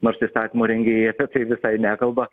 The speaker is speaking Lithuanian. nors įstatymo rengėjai apie tai visai nekalba